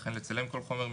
וכן לצלם כל חומר,